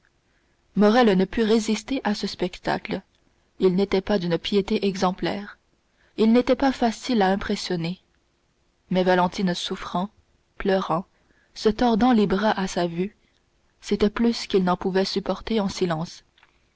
morrel ne put résister à ce spectacle il n'était pas d'une piété exemplaire il n'était pas facile à impressionner mais valentine souffrant pleurant se tordant les bras à sa vue c'était plus qu'il n'en pouvait supporter en silence